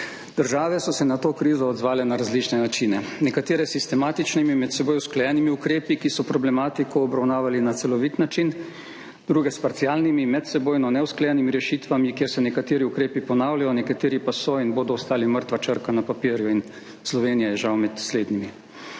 Države so se na to krizo odzvale na različne načine, nekatere s sistematičnimi med seboj usklajenimi ukrepi, ki so problematiko obravnavali na celovit način, druge s parcialnimi, medsebojno neusklajenimi rešitvami, kjer se nekateri ukrepi ponavljajo, nekateri pa so in bodo ostali mrtva črka na papirju. In Slovenija je žal med slednjimi.